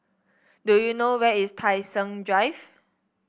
do you know where is Tai Seng Drive